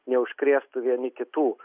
neužkrėstų vieni kitų